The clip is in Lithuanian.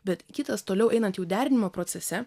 bet kitas toliau einant jau derinimo procese